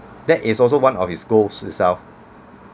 that is also one of his goals itself